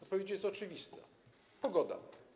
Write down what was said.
Odpowiedź jest oczywista: pogoda.